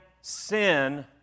sin